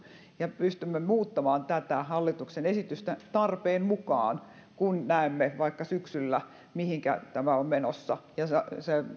ja pystymme muuttamaan tätä hallituksen esitystä tarpeen mukaan kun näemme vaikka syksyllä mihinkä tämä on menossa se